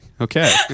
Okay